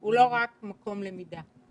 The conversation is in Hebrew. הוא לא רק מקום למידה.